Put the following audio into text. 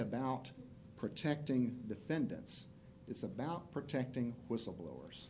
about protecting defendants it's about protecting whistleblowers